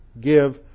give